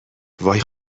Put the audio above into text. وای